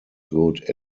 good